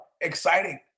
exciting